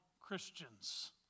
Christians